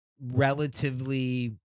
relatively